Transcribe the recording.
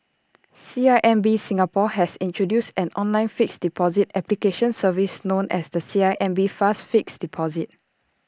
C I M B Singapore has introduced an online fixed deposit application service known as the C I M B fast fixed deposit